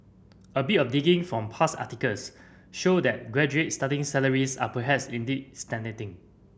a bit of digging from past articles show that graduate starting salaries are perhaps indeed stagnating